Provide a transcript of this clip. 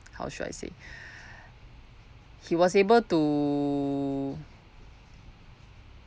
how should I say he was able to